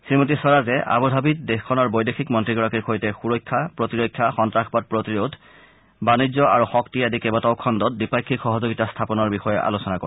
শ্ৰীমতী স্বৰাজে আবু ধাবিত দেশখনৰ বৈদেশিক মন্ত্ৰীগৰাকীৰ সৈতে সুৰক্ষা প্ৰতিৰক্ষা সন্তাসবাদ প্ৰতিৰোধ বাণিজ্য আৰু শক্তি আদি কেইবাটাও খণ্ডত দ্বিপাক্ষিক সহযোগিতা স্থাপনৰ বিষয়ে আলোচনা কৰে